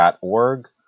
org